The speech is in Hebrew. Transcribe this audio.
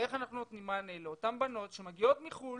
איך אנחנו נותנים מענה לאותן בנות שמגיעות מחו"ל